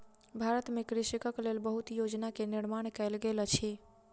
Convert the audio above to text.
भारत में कृषकक लेल बहुत योजना के निर्माण कयल गेल अछि